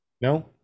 No